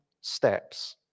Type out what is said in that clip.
steps